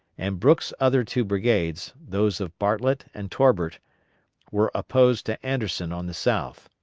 and brooks' other two brigades those of bartlett and torbert were opposed to anderson on the south.